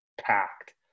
packed